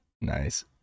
Nice